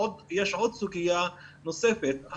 יש עוד סוגיה נוספת.